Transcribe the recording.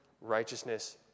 righteousness